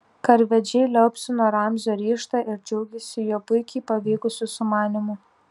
karvedžiai liaupsino ramzio ryžtą ir džiaugėsi jo puikiai pavykusiu sumanymu